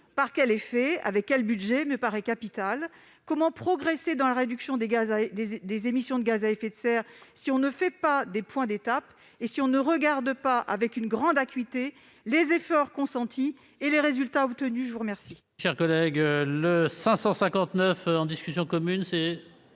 pour quels effets, avec quel budget, me paraît capital. Comment progresser dans la réduction des émissions de gaz à effet de serre sans réaliser des points d'étape, sans regarder avec une grande acuité les efforts consentis et les résultats obtenus ? L'amendement